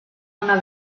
una